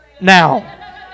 now